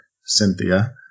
Cynthia